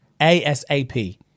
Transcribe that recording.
ASAP